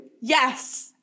yes